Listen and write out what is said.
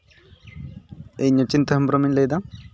ᱤᱧ ᱚᱪᱤᱱᱛᱚ ᱦᱮᱢᱵᱨᱚᱢᱤᱧ ᱞᱟᱹᱭᱫᱟ